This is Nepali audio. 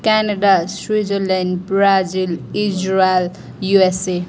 Canada Switzerland Brazil Israel USA